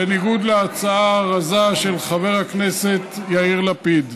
בניגוד להצעה הרזה של חבר הכנסת יאיר לפיד,